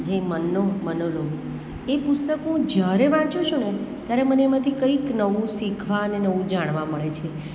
જે મનનો મનોલોસ એ પુસ્તક હું જ્યારે વાંચું છુંને ત્યારે મને એમાંથી કંઈક નવું શીખવા અને નવું જાણવા મળે છે